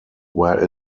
where